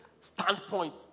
standpoint